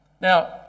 Now